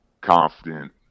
confident